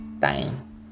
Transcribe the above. time